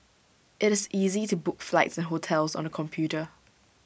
IT is easy to book flights and hotels on the computer